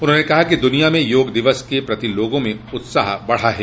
उन्होंने कहा कि दुनिया में योग दिवस के प्रति लोगों में उत्साह बढ़ा है